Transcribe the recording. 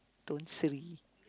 Tun Sri